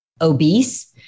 obese